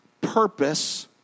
purpose